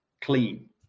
clean